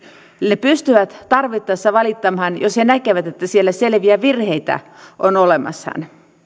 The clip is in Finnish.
he pystyvät tarvittaessa valittamaan jos he näkevät että siellä selviä virheitä on olemassa